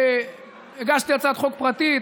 הגשתי הצעת חוק פרטית,